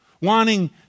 wanting